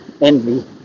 envy